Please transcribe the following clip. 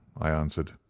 i answered.